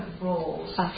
roles